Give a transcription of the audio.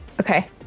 Okay